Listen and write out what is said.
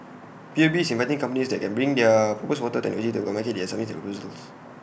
P U B is inviting companies that can bring their proposed water technology to market to submit their proposals